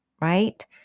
right